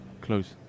Close